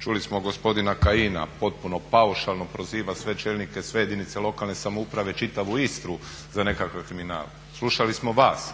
Čuli smo gospodina Kajina, potpuno paušalno proziva sve čelnike, sve jedinice lokalne samouprave, čitavu Istru za nekakav kriminal. Slušali smo vas.